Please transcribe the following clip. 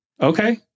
okay